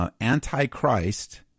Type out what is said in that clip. Antichrist